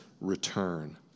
return